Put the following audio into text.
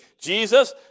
Jesus